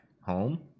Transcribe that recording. home